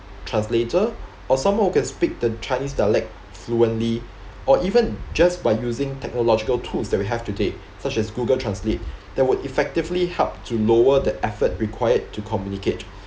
translator or someone who can speak the chinese dialect fluently or even just by using technological tools that we have today such as google translate that would effectively help to lower the effort required to communicate